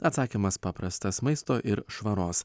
atsakymas paprastas maisto ir švaros